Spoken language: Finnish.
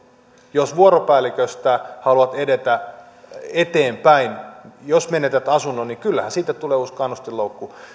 jos vuoropäälliköstä haluat edetä eteenpäin niin jos menetät asunnon niin kyllähän siitä tulee uusi kannustinloukku